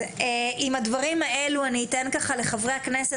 עם הדברים האלו אני אתן ככה לחברי הכנסת,